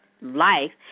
life